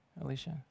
Alicia